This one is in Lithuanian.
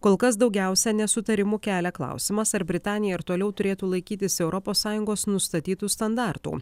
kol kas daugiausia nesutarimų kelia klausimas ar britanija ir toliau turėtų laikytis europos sąjungos nustatytų standartų